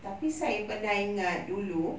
tapi saya pernah ingat dulu